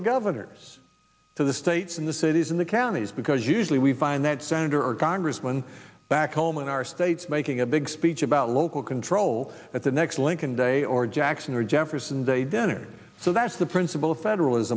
the governors to the states in the cities and the counties because usually we find that senator or congressman back home in our states making a big speech about local control at the next lincoln day or jackson or jefferson day dinner so that's the principle of federalis